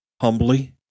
humbly